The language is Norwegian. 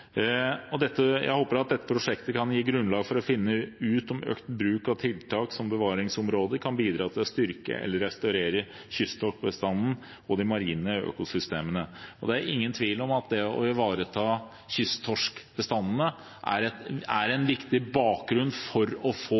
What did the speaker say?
Jeg håper at dette prosjektet kan gi grunnlag for å finne ut om økt bruk av tiltak som bevaringsområder kan bidra til å styrke eller restaurere kysttorskbestanden og de marine økosystemene. Det er ingen tvil om at det å ivareta kysttorskbestandene er en viktig bakgrunn for å få